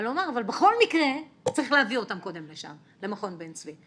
אבל הוא אמר שבכל מקרה צריך קודם להביא אותם למכון בן צבי.